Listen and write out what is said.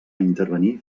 intervenir